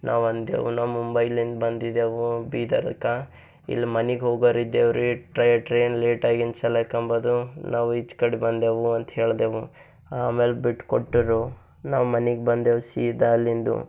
ನಾವಂದೆವು ನಾವು ಮುಂಬೈಲಿಂದ ಬಂದಿದೆವು ಬೀದರಕ ಇಲ್ಲಿ ಮನೆಗ್ ಹೋಗೋರಿದ್ದೆವ್ರಿ ಟ್ರೈನ್ ಲೇಟಾಗಿನ ಸಲಾಕಂಬದು ನಾವು ಈಚೆ ಕಡೆ ಬಂದೆವು ಅಂತ ಹೇಳಿದೆವು ಆಮೇಲೆ ಬಿಟ್ಕೊಟ್ಟರು ನಾವು ಮನೆಗ್ ಬಂದೆವು ಸೀದಾ ಅಲ್ಲಿಂದ